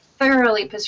Thoroughly